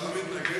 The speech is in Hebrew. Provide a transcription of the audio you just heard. אפשר להתנגד?